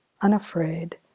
unafraid